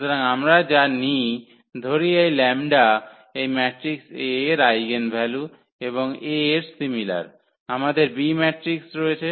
সুতরাং আমরা যা নিই ধরি এই λ এই ম্যাট্রিক্স A এর আইগেনভ্যালু এবং A এর সিমিলার আমাদের B ম্যাট্রিক্স রয়েছে